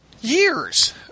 years